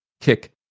kick